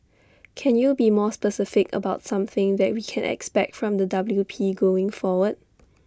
can you be more specific about something that we can expect from the W P going forward